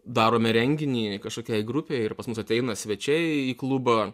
darome renginį kažkokiai grupei ir pas mus ateina svečiai į klubą